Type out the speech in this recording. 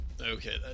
Okay